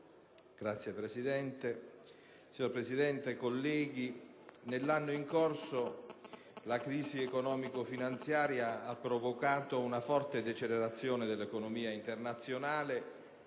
Signor Presidente, onorevoli colleghi, nell'anno in corso la crisi economico-finanziaria ha provocato una forte decelerazione dell'economia internazionale